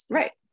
right